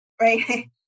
right